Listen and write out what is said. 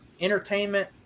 entertainment